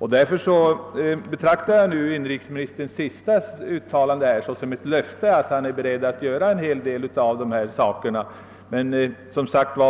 Jag betraktar inrikesministerns senaste uttalande som ett löfte att han är beredd att förverkliga en del av förslagen.